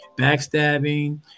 backstabbing